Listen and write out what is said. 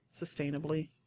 sustainably